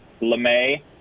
Lemay